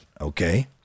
okay